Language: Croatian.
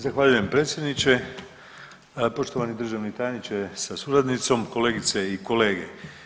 Zahvaljujem predsjedniče, poštovani državni tajniče sa suradnicom, kolegice i kolege.